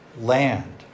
land